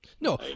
No